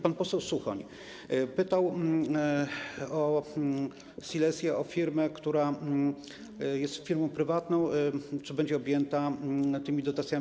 Pan poseł Suchoń pytał o Silesię, firmę, która jest firmą prywatną, czy będzie objęta tymi dotacjami.